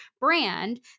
brand